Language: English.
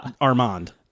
Armand